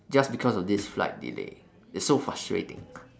just because of this flight delay it's so frustrating